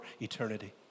eternity